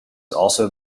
also